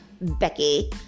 Becky